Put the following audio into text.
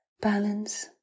Balance